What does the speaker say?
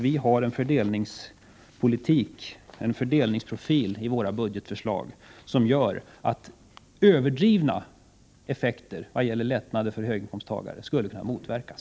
Vi har en fördelningsprofil i våra budgetförslag som gör att överdrivna effekter i vad gäller lättnader för höginkomsttagare skulle kunna motverkas.